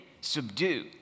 subdue